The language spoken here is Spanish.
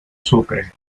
sucre